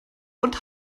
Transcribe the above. und